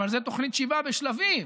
אבל זו תוכנית שיבה בשלבים,